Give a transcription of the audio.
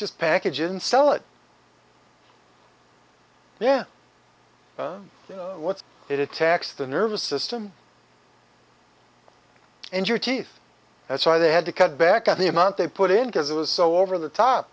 just package and sell it then you know what it attacks the nervous system and your teeth that's why they had to cut back on the amount they put in because it was so over the top